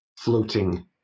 Floating